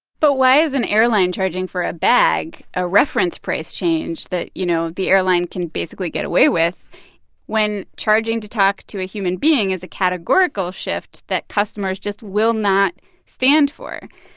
but why is an airline charging for a bag a reference price change that, you know, the airline can basically get away with when charging to talk to a human being is a categorical shift that customers just will not stand for?